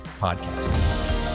podcast